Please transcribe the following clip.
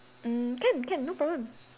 mm can can no problem